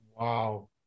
Wow